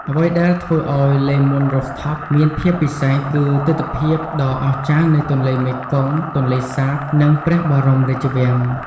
អ្វីដែលធ្វើឱ្យ លេ មូន រូហ្វថប (Le Moon Rooftop) មានភាពពិសេស គឺទិដ្ឋភាពដ៏អស្ចារ្យនៃទន្លេមេគង្គ ទន្លេសាប និងព្រះបរមរាជវាំង។